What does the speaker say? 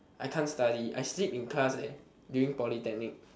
I can't study I sleep in class eh during polytechnic